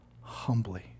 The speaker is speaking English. humbly